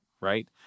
right